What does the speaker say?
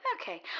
Okay